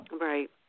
Right